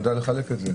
שנדע לחלק את זה.